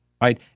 right